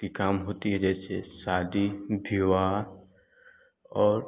की काम होती है जैसे शादी विवाह और